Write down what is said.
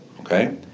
okay